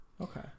okay